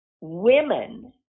women